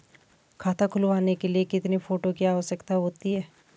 खाता खुलवाने के लिए कितने फोटो की आवश्यकता होती है?